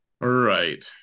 right